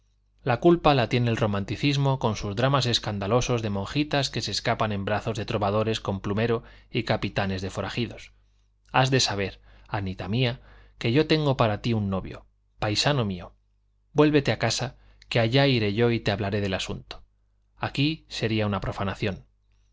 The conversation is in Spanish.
la culpa la tiene el romanticismo con sus dramas escandalosos de monjitas que se escapan en brazos de trovadores con plumero y capitanes de forajidos has de saber anita mía que yo tengo para ti un novio paisano mío vuélvete a casa que allá iré yo y te hablaré del asunto aquí sería una profanación